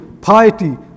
piety